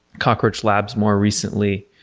cockroach labs more recently,